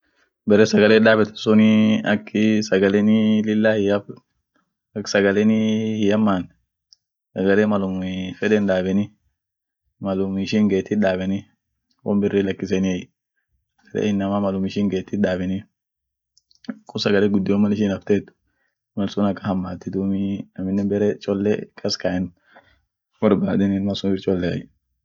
bare sagale itdaabeten sunii bare sagalen lila ihafn ,ak sagalen ihamaan, sagale malum feden daabeni, malum ishin geetiit daabeni, won biri lakisenie, sagale inama malum ishin geetiit daabeni ,sagale gudion mal ishin afteet ihamaatii duub bare chole kas kaen borbaadenif mar suut choleai